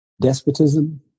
despotism